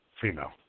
Female